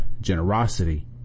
generosity